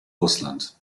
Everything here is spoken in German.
russland